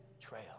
trail